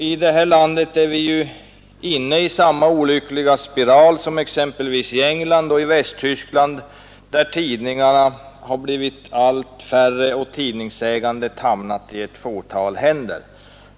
I det här landet är vi inne i samma olyckliga spiral som man är i exempelvis England och Västtyskland, där tidningarna har blivit allt färre och där tidningsägandet har hamnat i ett fåtal händer.